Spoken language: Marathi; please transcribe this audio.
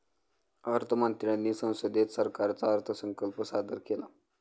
अर्थ मंत्र्यांनी संसदेत सरकारचा अर्थसंकल्प सादर केला